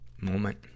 moment